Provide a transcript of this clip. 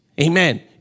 Amen